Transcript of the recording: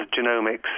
genomics